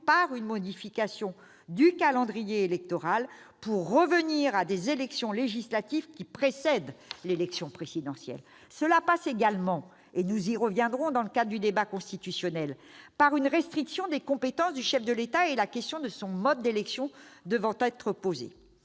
par une modification du calendrier électoral pour revenir à des élections législatives qui précèdent l'élection présidentielle. Il faut changer de régime ! Cela passe également, nous y reviendrons dans le cadre du débat constitutionnel, par une restriction des compétences du chef de l'État, son mode d'élection devant être